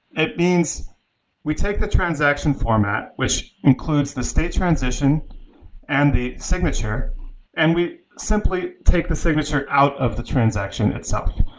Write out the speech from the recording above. it means we take the transaction format, which includes the state transition and the signature and we simply take the signature out of the transaction itself.